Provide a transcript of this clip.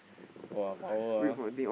!wah! what power ah